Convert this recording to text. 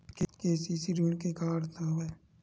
KCC ऋण के का अर्थ हवय?